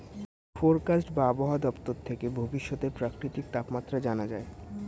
forecast বা আবহাওয়া দপ্তর থেকে ভবিষ্যতের প্রাকৃতিক তাপমাত্রা জানা যায়